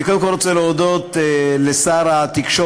אני קודם כול רוצה להודות לשר התקשורת,